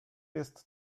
jest